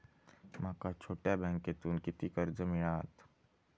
माका छोट्या बँकेतून किती कर्ज मिळात?